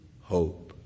hope